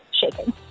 shaking